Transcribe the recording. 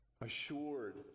assured